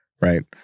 right